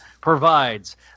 provides